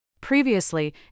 Previously